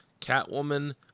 Catwoman